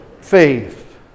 faith